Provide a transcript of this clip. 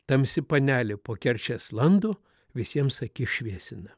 tamsi panelė po kerčias lando visiems akis šviesina